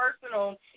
personal